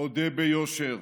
נודה ביושר,